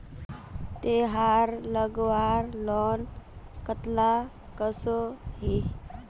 तेहार लगवार लोन कतला कसोही?